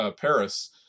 Paris